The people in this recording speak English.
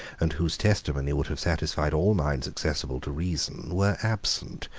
and whose testimony would have satisfied all minds accessible to reason, were absent,